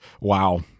wow